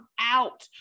out